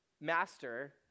master